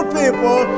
people